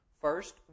First